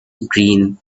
green